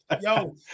Yo